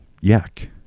yak